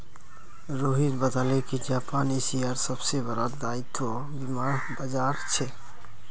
रोहित बताले कि जापान एशियार सबसे बड़ा दायित्व बीमार बाजार छे